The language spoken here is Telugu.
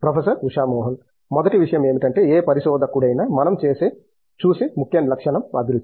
ప్రొఫెసర్ ఉషా మోహన్ మొదటి విషయం ఏమిటంటే ఏ పరిశోధకుడైనా మనం చూసే ముఖ్య లక్షణం అభిరుచి